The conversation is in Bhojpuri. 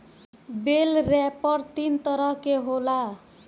बेल रैपर तीन तरह के होला